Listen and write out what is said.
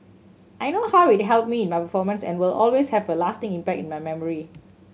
I know how it helped me in my performance and will always have a lasting impact in my memory